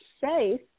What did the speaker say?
safe